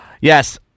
Yes